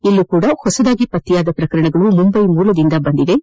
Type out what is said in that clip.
ಇಲ್ಲೂ ಸಪ ಹೊಸದಾಗಿ ಪತ್ತೆಯಾದ ಪ್ರಕರಣಗಳು ಮುಂಬೈ ಮೂಲದಿಂದಲೇ ಬಂದಿವೆ